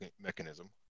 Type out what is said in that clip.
mechanism